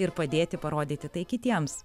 ir padėti parodyti tai kitiems